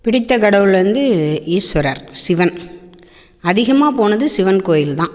பிடித்த கடவுள் வந்து ஈஸ்வரர் சிவன் அதிகமாகப் போனது சிவன் கோவில் தான்